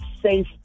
safe